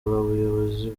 abayobozi